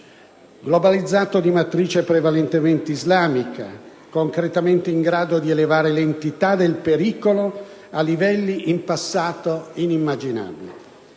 terroristica - di matrice prevalentemente islamica, concretamente in grado di elevare l'entità del pericolo a livelli in passato inimmaginabili.